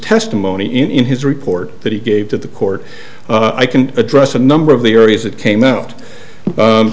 testimony in in his report that he gave to the court i can address a number of the areas that came out